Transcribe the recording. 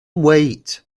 wait